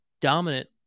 dominant